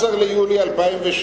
ב-18 ביולי 2007